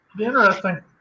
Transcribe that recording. interesting